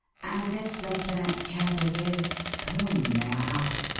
and this lieutenant chadwick is whom may i ask?